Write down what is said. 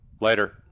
later